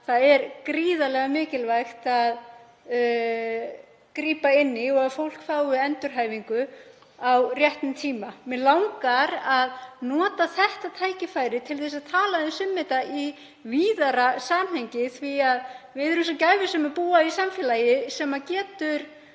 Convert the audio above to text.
það að gríðarlega mikilvægt er að grípa inn í og að fólk fái endurhæfingu á réttum tíma. Mig langar að nota þetta tækifæri til að tala aðeins um þetta í víðara samhengi. Við erum svo gæfusöm að búa í samfélagi sem getur